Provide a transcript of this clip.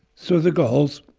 so the galls,